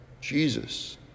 Jesus